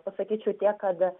pasakyčiau tiek kad